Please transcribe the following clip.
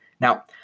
Now